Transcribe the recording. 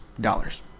Dollars